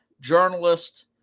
journalist